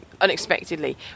unexpectedly